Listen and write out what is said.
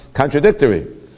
contradictory